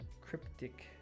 cryptic